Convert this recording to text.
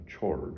charge